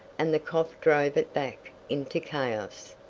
and the cough drove it back into chaos.